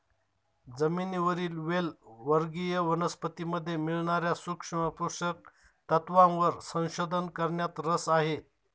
जमिनीवरील वेल वर्गीय वनस्पतीमध्ये मिळणार्या सूक्ष्म पोषक तत्वांवर संशोधन करण्यात रस आहे